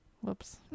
Whoops